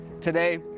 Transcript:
Today